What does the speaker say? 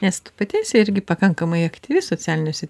nes tu pati esi irgi pakankamai aktyvi socialiniuose